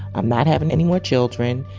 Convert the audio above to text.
i'm not having any more children.